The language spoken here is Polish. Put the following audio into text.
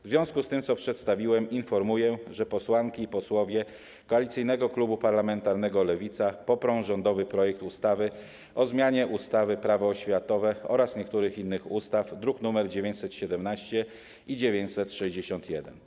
W związku z tym, co przedstawiłem, informuję, że posłanki i posłowie Koalicyjnego Klubu Parlamentarnego Lewicy poprą rządowy projekt ustawy o zmianie ustawy - Prawo oświatowe oraz niektórych innych ustaw, druki nr 917 i 961.